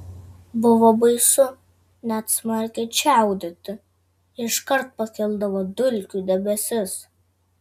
buvo baisu net smarkiai čiaudėti iškart pakildavo dulkių debesis